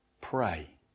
pray